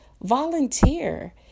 Volunteer